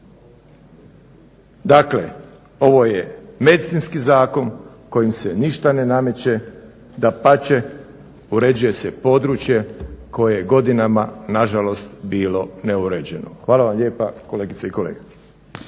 Dakle, ovo je medicinski zakon kojim se ništa ne nameče, dapače uređuje se područje koje je godinama nažalost bilo ne uređeno. Hvala vam lijepa kolegice i kolege.